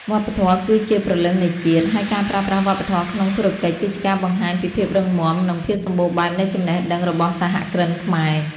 វប្បធម៌គឺជាព្រលឹងនៃជាតិ ហើយការប្រើប្រាស់វប្បធម៌ក្នុងធុរកិច្ចគឺជាការបង្ហាញពីភាពរឹងមាំ និងភាពសម្បូរបែបនៃចំណេះដឹងរបស់សហគ្រិនខ្មែរ។